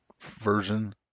version